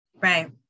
right